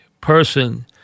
person